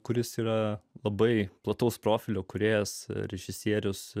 kuris yra labai plataus profilio kūrėjas režisierius